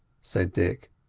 said dick.